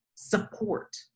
Support